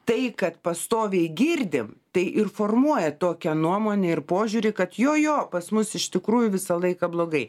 tai kad pastoviai girdim tai ir formuoja tokią nuomonę ir požiūrį kad jo jo pas mus iš tikrųjų visą laiką blogai